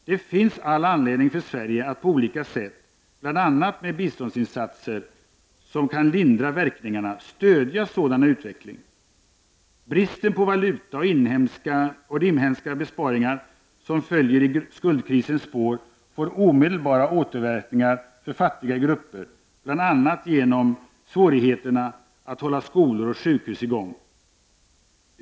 Det finns all anledning för Sverige att på olika sätt, bl.a. med biståndsinsatser som kan lindra verkningarna, stödja sådan utveckling. Bristen på valuta och de inhemska besparingar som följer i skuldkrisens spår får omedelbara återverkningar för fattiga grupper, bl.a. genom svårigheterna att hålla skolor och sjukhus i gång.